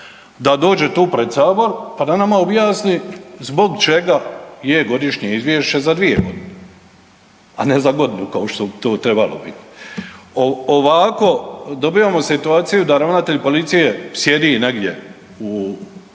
da dođe tu pred sabor pa nama objasni zbog čega je godišnje izvješće za 2 godine, a ne za godinu kao što bi to trebalo biti. Ovako dobivamo situaciju da ravnatelj policije sjedi negdje u tmini